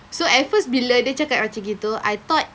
so at first bila dia cakap macam gitu I thought